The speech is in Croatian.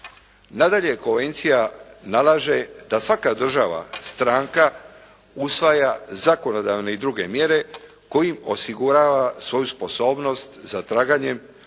Nadalje, konvencija nalaže da svaka država stranka usvaja zakonodavne i druge mjere kojim osigurava svoju sposobnost za traganjem,